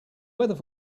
weather